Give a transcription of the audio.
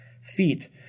feet